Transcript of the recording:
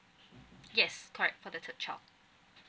yes correct for the third child